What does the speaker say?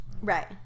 Right